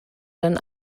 dann